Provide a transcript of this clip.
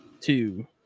Two